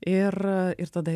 ir ir tada